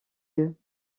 yeux